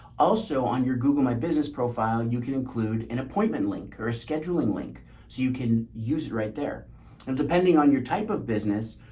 also on your google my business profile, you can include an appointment link or a scheduling link so you can use it right there and depending on your type of business,